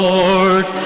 Lord